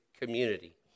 community